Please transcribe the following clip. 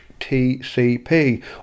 TCP